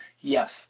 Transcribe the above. yes